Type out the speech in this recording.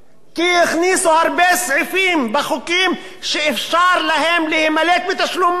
כי הכניסו הרבה סעיפים בחוקים שאפשרו להם להימלט מתשלום מס.